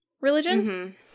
religion